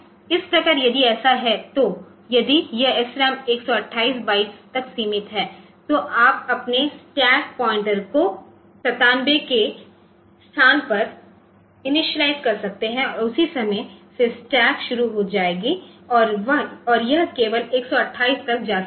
इस प्रकार यदि ऐसा है तो यदि यह SRAM 128 बाइट्स तक सीमित है तो आप अपने स्टैक पॉइंटर को 97 के स्थान पर इनिशियलाइज़ कर सकते हैं और उसी समय से स्टैक शुरू हो जाएगी और यह केवल 128 तक जा सकता है